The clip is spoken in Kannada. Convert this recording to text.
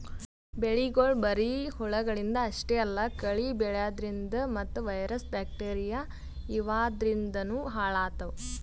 ಬೆಳಿಗೊಳ್ ಬರಿ ಹುಳಗಳಿಂದ್ ಅಷ್ಟೇ ಅಲ್ಲಾ ಕಳಿ ಬೆಳ್ಯಾದ್ರಿನ್ದ ಮತ್ತ್ ವೈರಸ್ ಬ್ಯಾಕ್ಟೀರಿಯಾ ಇವಾದ್ರಿನ್ದನೂ ಹಾಳಾತವ್